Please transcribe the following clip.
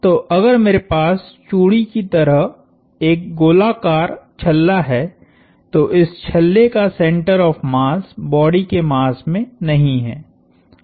तो अगर मेरे पास चूड़ी की तरह एक गोलाकार छल्ला है तो इस छल्ले का सेंटर ऑफ़ मास बॉडी के मास में नहीं है